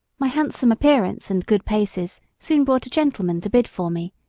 my handsome appearance and good paces soon brought a gentleman to bid for me,